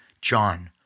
John